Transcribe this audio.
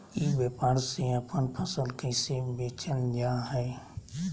ई व्यापार से अपन फसल कैसे बेचल जा हाय?